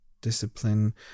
discipline